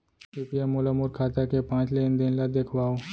कृपया मोला मोर खाता के पाँच लेन देन ला देखवाव